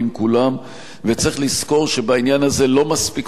וצריך לזכור שבעניין הזה לא מספיקות רק התוכניות,